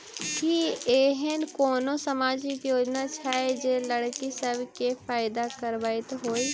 की एहेन कोनो सामाजिक योजना छै जे लड़की सब केँ फैदा कराबैत होइ?